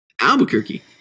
albuquerque